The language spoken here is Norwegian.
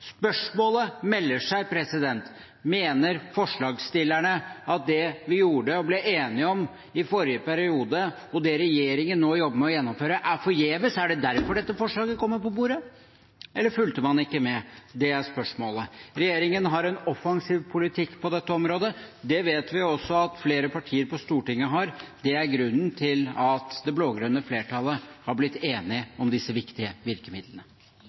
Spørsmålet melder seg: Mener forslagsstillerne at det vi gjorde og ble enige om i forrige periode, og det regjeringen nå jobber med å gjennomføre, er forgjeves? Er det derfor forslaget kommer på bordet, eller fulgte man ikke med? Det er spørsmålet. Regjeringen har en offensiv politikk på dette området. Det vet vi også at flere partier på Stortinget har, og det er grunnen til at det blå-grønne flertallet har blitt enige om disse viktige virkemidlene.